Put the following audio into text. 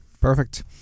Perfect